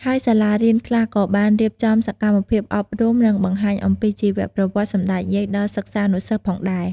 ហើយសាលារៀនខ្លះក៏បានរៀបចំសកម្មភាពអប់រំនិងបង្ហាញអំពីជីវប្រវត្តិសម្តេចយាយដល់សិស្សានុសិស្សផងដែរ។